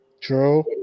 True